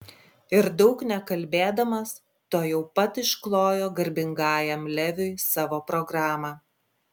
ir daug nekalbėdamas tuojau pat išklojo garbingajam leviui savo programą